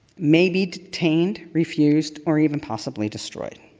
maybe detained, refused or even possibly destroyed.